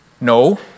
No